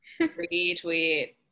Retweet